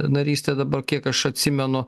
narystė dabar kiek aš atsimenu